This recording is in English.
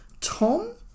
Tom